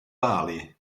bali